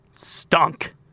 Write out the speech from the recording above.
stunk